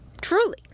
truly